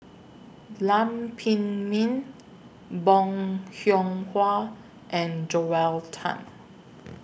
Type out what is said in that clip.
Lam Pin Min Bong Hiong Hwa and Joel Tan